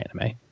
anime